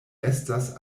estas